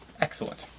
Excellent